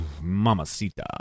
mamacita